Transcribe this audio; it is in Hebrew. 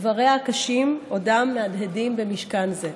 דבריה הקשים עודם מהדהדים במשכן זה.